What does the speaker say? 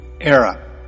era